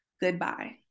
goodbye